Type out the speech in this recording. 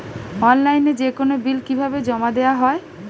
অনলাইনে যেকোনো বিল কিভাবে জমা দেওয়া হয়?